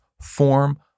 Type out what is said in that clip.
form